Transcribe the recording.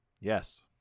yes